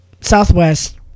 Southwest